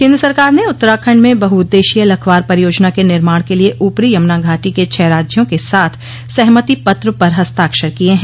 कन्द्र सरकार ने उत्तराखंड में बहुउद्देशीय लखवार परियोजना के निर्माण के लिए ऊपरी यमुना घाटी के छह राज्यों के साथ सहमति पत्र पर हस्ताक्षर किये हैं